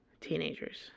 Teenagers